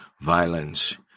violence